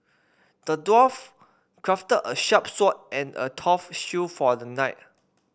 the dwarf crafted a sharp sword and a tough shield for the knight